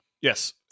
Yes